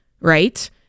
right